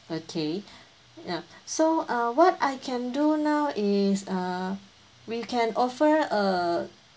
okay ya so uh what I can do now is err we can offer a